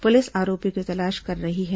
police आरोपियों की तलाश कर रही है